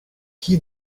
qui